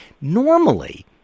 Normally